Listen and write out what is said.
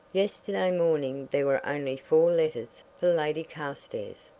yesterday morning there were only four letters for lady carstairs.